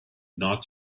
not